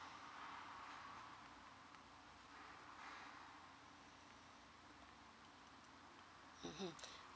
mmhmm